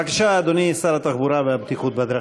בבקשה, אדוני שר התחבורה והבטיחות בדרכים.